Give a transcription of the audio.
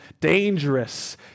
dangerous